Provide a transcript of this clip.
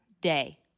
day